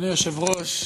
אדוני היושב-ראש,